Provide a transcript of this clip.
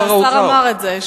השר אמר את זה,